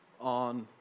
on